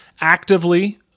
actively